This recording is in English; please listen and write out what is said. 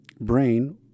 brain